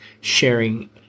sharing